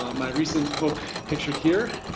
my recent book pictured here,